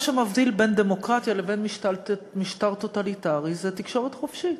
מה שמבדיל בין דמוקרטיה לבין משטר טוטליטרי זה תקשורת חופשית.